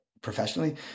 professionally